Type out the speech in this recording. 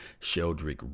Sheldrick